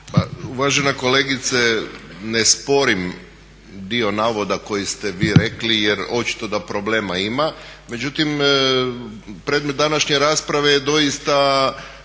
uvažena kolegice, ne sporim dio navoda koji ste vi rekli jer očito da problema ima, međutim predmet današnje rasprave je doista